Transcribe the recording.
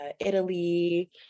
Italy